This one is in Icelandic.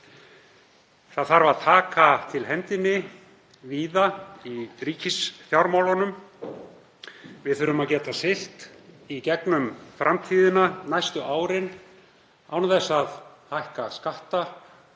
Það þarf að taka til hendinni víða í ríkisfjármálunum. Við þurfum að geta siglt í gegnum framtíðina næstu árin án þess að hækka skatta